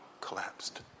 collapsed